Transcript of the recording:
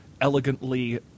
elegantly